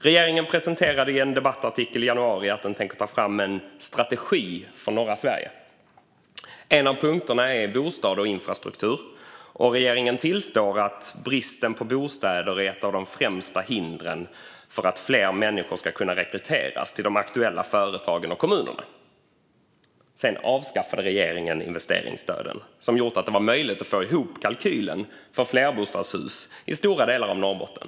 Regeringen presenterade i en debattartikel i januari att den tänkte ta fram en strategi för norra Sverige. En av punkterna handlade om bostäder och infrastruktur. Regeringen tillstod att bristen på bostäder är ett av de främsta hindren för att fler människor ska kunna rekryteras till de aktuella företagen och kommunerna. Sedan avskaffade regeringen investeringsstöden, som har gjort att det varit möjligt att få ihop kalkylen för flerbostadshus i stora delar av Norrbotten.